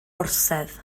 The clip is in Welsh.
orsedd